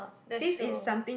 that's show